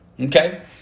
okay